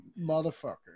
motherfucker